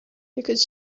because